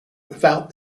without